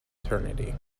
eternity